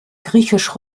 griechisch